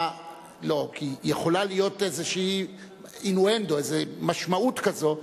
לא, כי יכול להיות איזה אינואנדו, משמעות כזאת.